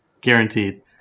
Guaranteed